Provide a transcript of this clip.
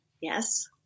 Yes